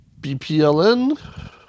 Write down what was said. BPLN